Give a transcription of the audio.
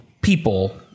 people